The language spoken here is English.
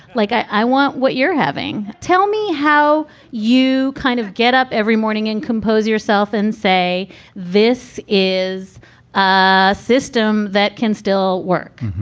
like, i want what you're having. tell me how you kind of get up every morning and compose yourself and say this is a system that can still work?